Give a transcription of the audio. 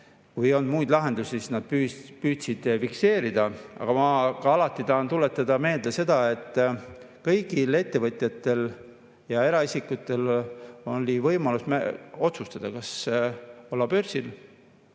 ei olnud muid lahendusi, siis ettevõtjad püüdsid fikseerida. Aga ma tahan tuletada meelde seda, et kõigil ettevõtjatel ja eraisikutel oli võimalus otsustada, kas olla börsil